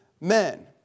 men